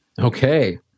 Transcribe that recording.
Okay